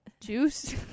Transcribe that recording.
Juice